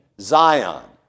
Zion